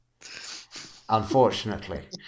Unfortunately